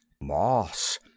Moss